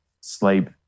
sleep